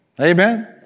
Amen